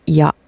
ja